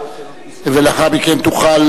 ולאחר מכן תוכל,